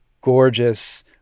gorgeous